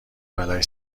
بلایی